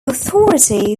authority